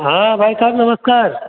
हाँ भाई साहब नमस्कार